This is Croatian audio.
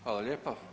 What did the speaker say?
Hvala lijepo.